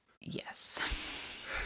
yes